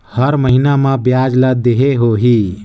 हर महीना मा ब्याज ला देहे होही?